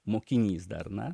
mokinys dar na